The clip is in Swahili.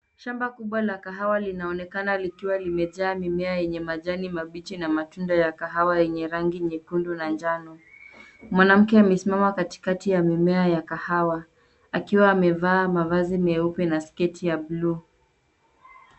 Shamba kubwa la kahawa linaonekana likiwa limejaa mimea yenye majani mabichi na matunda ya kahawa yenye rangi nyekundu na njano. Mwanamke amesimama katikati ya mimea ya kahawa akiwa amevaa mavazi mieupe na sketi ya blue .